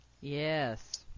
Yes